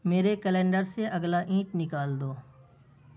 میرے کیلنڈر سے اگلا اینٹ نکال دو